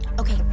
Okay